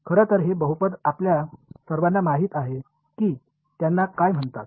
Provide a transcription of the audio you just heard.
खरं तर हे बहुपद आपल्या सर्वांना माहित आहे की त्यांना काय म्हणतात